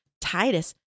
Titus